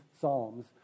psalms